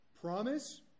promise